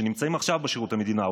שנמצאים עכשיו בשירות המדינה,